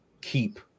keep